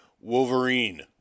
Wolverine